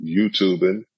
YouTubing